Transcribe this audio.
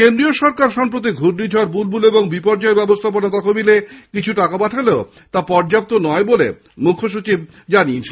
কেন্দ্রীয় সরকার সম্প্রতি ঘূর্ণিঝড় বুলবুল ও বিপর্যয় ব্যবস্থাপন তহবিলে কিছু টাকা পাঠালেও তা পর্যাপ্ত নয় বলে মুখ্যসচিব জানিয়েছেন